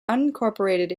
unincorporated